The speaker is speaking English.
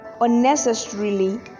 unnecessarily